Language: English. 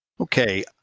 Okay